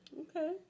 Okay